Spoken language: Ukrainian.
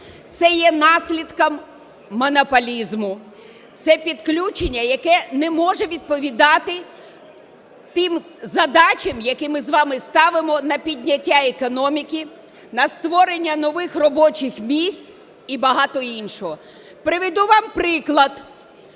Це є наслідком монополізму, це підключення, яке не може відповідати тим задачам, які ми з вами ставимо на підняття економіки, на створення нових робочих місць і багато іншого. Приведу вам приклад.